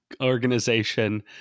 organization